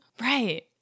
Right